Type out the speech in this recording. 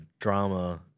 drama